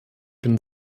bin